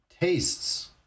tastes